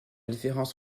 différence